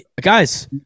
Guys